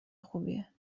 خوبیه